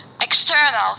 external